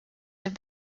have